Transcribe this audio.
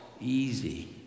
easy